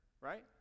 Right